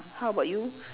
how about you